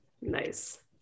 Nice